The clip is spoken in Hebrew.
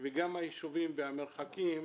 וגם היישובים והמרחקים,